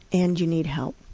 and you need help.